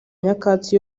nyakatsi